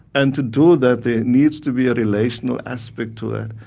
and to do that there needs to be a relational aspect to it.